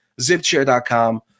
Zipchair.com